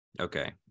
Okay